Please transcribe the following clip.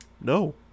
No